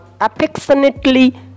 affectionately